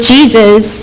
Jesus